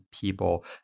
people